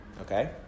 Okay